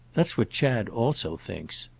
that's what chad also thinks.